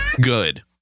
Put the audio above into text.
Good